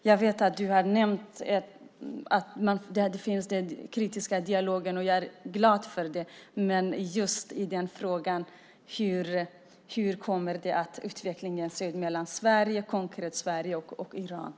Utrikesministern nämnde den kritiska dialogen, och jag är glad över den. Men hur kommer utvecklingen mellan Sverige och Iran att se ut konkret?